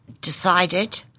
decided